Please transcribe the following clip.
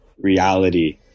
reality